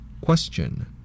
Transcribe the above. Question